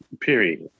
Period